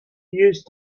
used